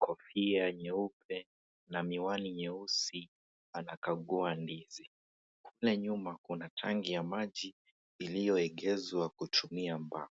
kofia nyeupe, na miwani nyeusi anakagua ndizi. Kule nyuma kuna tangi ya maji ilioegezwa kutumia mbao.